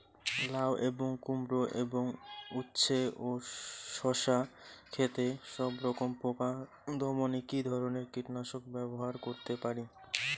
লাউ এবং কুমড়ো এবং উচ্ছে ও শসা ক্ষেতে সবরকম পোকা দমনে কী ধরনের কীটনাশক ব্যবহার করতে পারি?